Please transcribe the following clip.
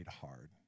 hard